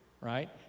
right